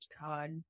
god